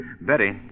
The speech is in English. Betty